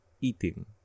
eating